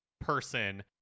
person